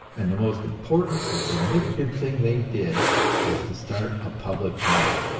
and the most important and significant thing they did was to start a public bank.